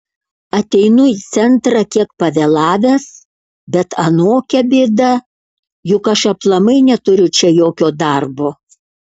ateinu į centrą kiek pavėlavęs bet anokia bėda juk aš aplamai neturiu čia jokio darbo